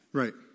right